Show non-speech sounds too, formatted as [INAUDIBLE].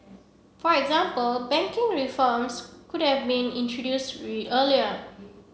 for example banking reforms could have been introduced [UNINTELLIGIBLE] earlier